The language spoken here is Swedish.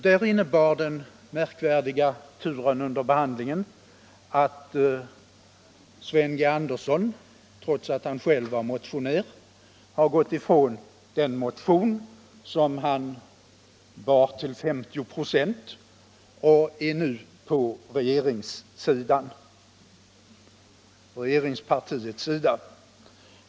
Där innebar den märkvärdiga turen under behandlingen att Sven G. Andersson, trots att han själv var motionär, gick ifrån den motion som han var medansvarig för till 50 96 och nu är på regeringspartiets sida.